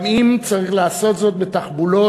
גם אם לעשות זאת בתחבולות,